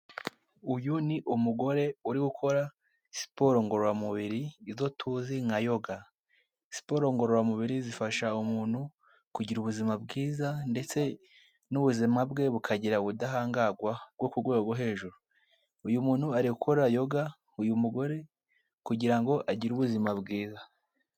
Uyu ni umugore uri gukora siporo ngororamubiri, izo tuzi nka yoga. Siporo ngororamubiri zifasha umuntu kugira ubuzima bwiza, ndetse n'ubuzima bwe bukagira ubudahangarwa bwo ku rwego rwo hejuru, uyu muntu ari gukora yoga, uyu mugore, kugira ngo agire ubuzima bwiza.